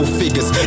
figures